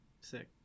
Sick